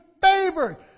favored